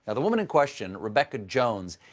ah the woman in question, rebekah jones,